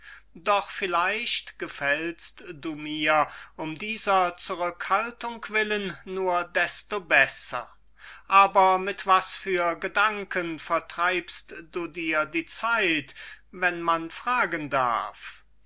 doch vielleicht gefällst du mir um dieser zurückhaltung willen nur desto besser aber mit was für gedanken vertreibst du dir die zeit wenn man fragen darf